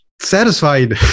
satisfied